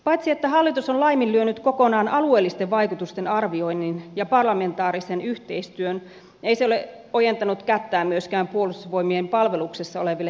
paitsi että hallitus on laiminlyönyt kokonaan alueellisten vaikutusten arvioinnin ja parlamentaarisen yhteistyön ei se ole ojentanut kättään myöskään puolustusvoimien palveluksessa oleville työntekijöille